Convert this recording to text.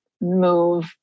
move